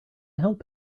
help